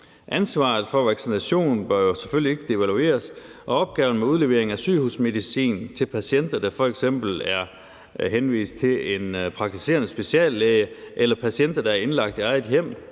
Ansvaret for vaccination bør jo selvfølgelig ikke devalueres, og opgaven med udlevering af sygehusmedicin til patienter, der f.eks. er henvist til en praktiserende speciallæge, eller patienter, der er indlagt i eget hjem,